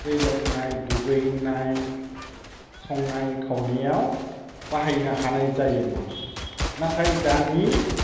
दै लोंनाय दुगैनाय संनाय खावनायाव बाहायनो हानाय जायोमोन नाथाय दानि